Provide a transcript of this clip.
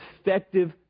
effective